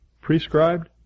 prescribed